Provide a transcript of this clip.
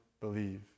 believe